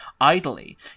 idly